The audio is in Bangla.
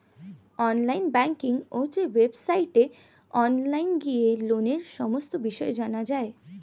নেট ব্যাঙ্কিং ওয়েবসাইটে অনলাইন গিয়ে লোনের সমস্ত বিষয় জানা যায়